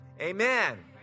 Amen